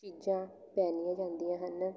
ਚੀਜ਼ਾਂ ਪਹਿਨੀਆਂ ਜਾਂਦੀਆਂ ਹਨ